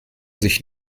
sich